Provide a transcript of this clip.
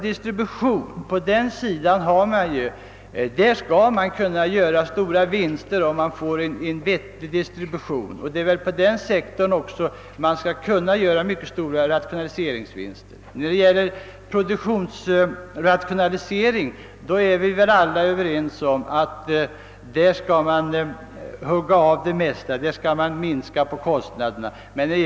Man kan naturligtvis göra mycket stora besparingar genom att ordna en vettig distribution, och man kan inom denna sektor göra mycket stora rationaliseringsvinster. När det gäller produktionsrationalisering är vi väl alla överens om att vi skall minska kostnaderna så mycket som möjligt.